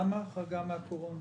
למה ההחרגה מן הקורונה